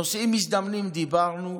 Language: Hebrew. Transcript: נוסעים מזדמנים, דיברנו.